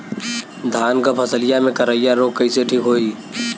धान क फसलिया मे करईया रोग कईसे ठीक होई?